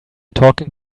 talking